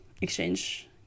exchange